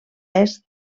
est